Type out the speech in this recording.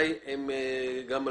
העניין של